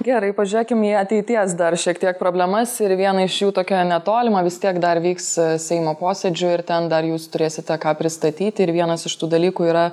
gerai pažiūrėkim į ateities dar šiek tiek problemas ir vieną iš jų tokią netolimą vis tiek dar vyks seimo posėdžių ir ten dar jūs turėsite ką pristatyti ir vienas iš tų dalykų yra